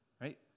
Right